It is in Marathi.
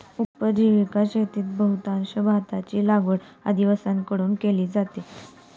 उपजीविका शेतीत बहुतांश भाताची लागवड आदिवासींकडून केली जाते